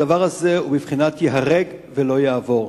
הדבר הזה הוא בבחינת ייהרג ולא יעבור.